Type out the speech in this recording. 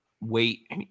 wait